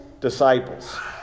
disciples